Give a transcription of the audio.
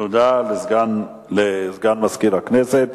תודה לסגן מזכירת הכנסת.